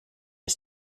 his